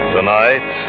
Tonight